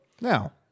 Now